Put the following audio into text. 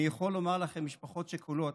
אני יכול לומר לכן, משפחות שכולות,